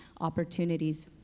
opportunities